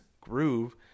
groove